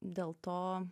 dėl to